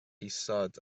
isod